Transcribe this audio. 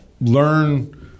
learn